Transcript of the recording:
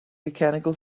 mechanical